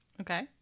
okay